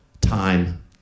time